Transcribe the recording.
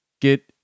get